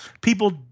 people